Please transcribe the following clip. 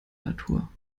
natur